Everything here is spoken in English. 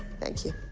thank you.